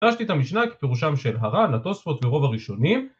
פרשתי את המשנה כפירושם של הר"ן, התוספות ורוב הראשונים